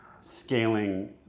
scaling